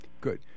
Good